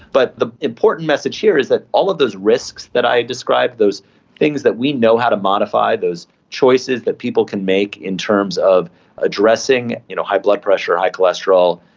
but the important message here is all of those risks that i described, those things that we know how to modify, those choices that people can make in terms of addressing you know high blood pressure, high cholesterol,